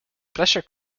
pleasure